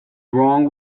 wrong